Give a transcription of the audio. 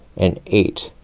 and eight.